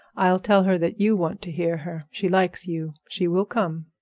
i'll tell her that you want to hear her. she likes you. she will come.